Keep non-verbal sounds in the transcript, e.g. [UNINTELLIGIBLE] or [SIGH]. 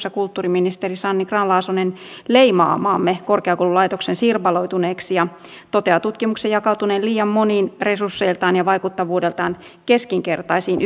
[UNINTELLIGIBLE] ja kulttuuriministeri sanni grahn laasonen leimaa maamme korkeakoululaitoksen sirpaloituneeksi ja toteaa tutkimuksen jakautuneen liian moniin resursseiltaan ja vaikuttavuudeltaan keskinkertaisiin [UNINTELLIGIBLE]